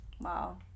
Wow